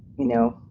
you know?